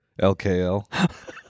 LKL